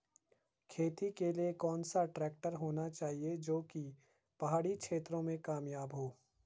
खेती के लिए कौन सा ट्रैक्टर होना चाहिए जो की पहाड़ी क्षेत्रों में कामयाब हो?